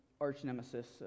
arch-nemesis